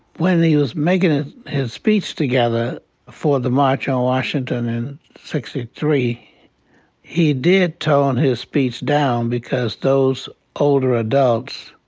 when he was making ah his speech together for the march on washington in zero six yeah three he did tone his speech down. because those older adults